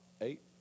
Eight